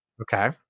Okay